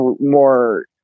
more